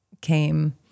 came